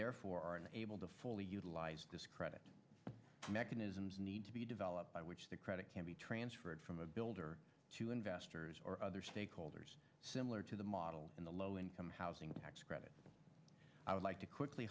therefore unable to fully utilize discredit mechanisms need to be developed by which the credit can be transferred from a builder to investors or other stakeholders similar to the model in the low income housing tax credit i would like to quickly